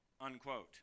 unquote